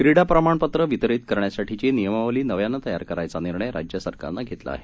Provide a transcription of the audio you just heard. क्रीडा प्रमाणपत्र वितरीत करण्यासाठीची नियमावली नव्यानं तयार करायचा निर्णय राज्य सरकारनं घेतला आहे